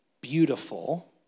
beautiful